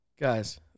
Guys